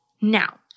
Now